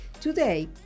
Today